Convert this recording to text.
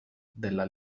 della